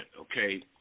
okay